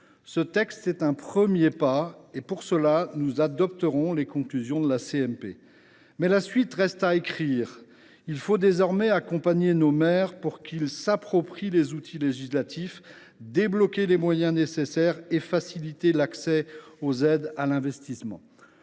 Ce texte est un premier pas, et pour cette raison nous adopterons les conclusions de la commission mixte paritaire. Mais la suite reste à écrire : il faut désormais accompagner nos maires pour qu’ils s’approprient les outils législatifs, débloquer les moyens nécessaires et faciliter l’accès aux aides à l’investissement.